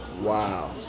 Wow